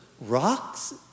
rocks